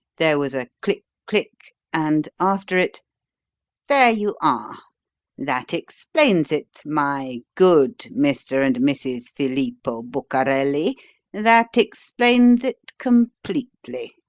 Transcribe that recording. there was a click-click, and after it there you are that explains it, my good mr. and mrs. filippo bucarelli that explains it completely!